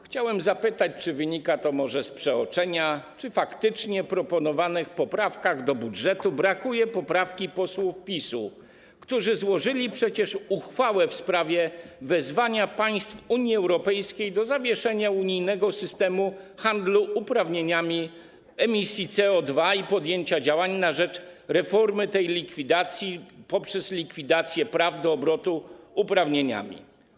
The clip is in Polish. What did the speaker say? Chciałem zapytać, czy wynika to może z przeoczenia, czy faktycznie w proponowanych poprawkach do budżetu brakuje poprawki posłów PiS-u, którzy złożyli przecież uchwałę w sprawie wezwania państw Unii Europejskiej do zawieszenia unijnego systemu handlu uprawnieniami do emisji CO2 i podjęcia działań na rzecz reformy poprzez likwidację praw do obrotu uprawnieniami.